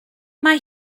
mae